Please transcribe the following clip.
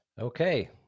Okay